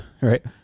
right